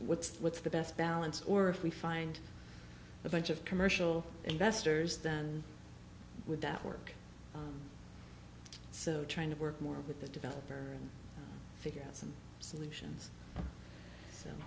what's what's the best balance or if we find a bunch of commercial investors that would that work so trying to work more with the developer and figure out some solutions